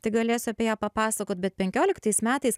tik galėsiu apie ją papasakot bet penkioliktais metais